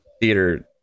theater